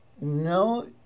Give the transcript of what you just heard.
no